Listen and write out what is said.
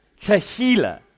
tequila